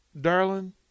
Darling